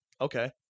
Okay